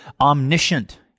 omniscient